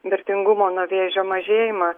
mirtingumo nuo vėžio mažėjimą